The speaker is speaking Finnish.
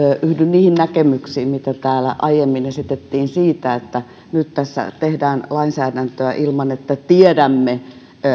niihin näkemyksiin mitä täällä aiemmin esitettiin siitä että nyt tässä tehdään lainsäädäntöä ilman että tiedämme